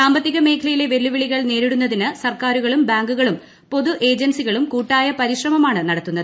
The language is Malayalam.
സാമ്പത്തിക മേഖലയിലെ വെല്ലിവിളികൾ നേരിടുന്നതിന് സർക്കാരുകളും ബാങ്കുകളും പൊതു ഏജൻസികളും കൂട്ടായ പരിശ്രമമാണ് നടത്തുന്നത്